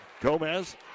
Gomez